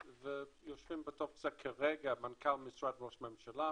ויושבים בוועדה כרגע מנכ"ל משרד ראש הממשלה,